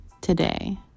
Today